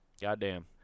Goddamn